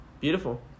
beautiful